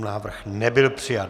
Návrh nebyl přijat.